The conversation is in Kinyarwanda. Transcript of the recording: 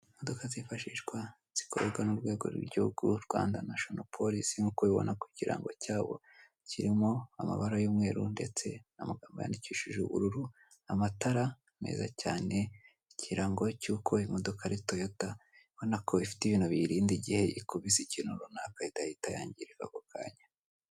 Imodoka zifashishwa zikorerwa n'urwego rw'iguhugu (Rwanda national police) nkuko ubibona ku kirango cyabo kirimo amabara y'umweru ndetse n'amagambo yandikishije ubururu, amatara meza cyane ikirango cyuko imodoka ari Toyota ubonako ifite ibintu biyirinda igihe ikubise ikintu runaka idahita yangirika ako kanya.